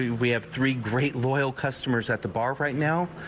we we have three great loyal customers at the bar right now,